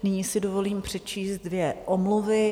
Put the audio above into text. Nyní si dovolím přečíst dvě omluvy.